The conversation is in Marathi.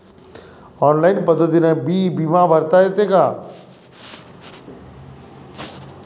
ऑनलाईन पद्धतीनं बी बिमा भरता येते का?